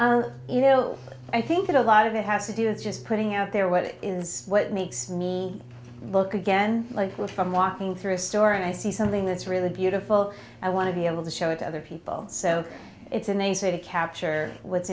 itself you know i think that a lot of it has to do is just putting out there what is what makes me look again life away from walking through a store and i see something that's really beautiful i want to be able to show it to other people so it's and they say to capture what's